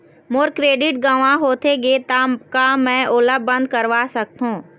मोर credit गंवा होथे गे ता का मैं ओला बंद करवा सकथों?